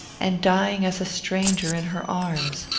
and dying as a stranger in her arms.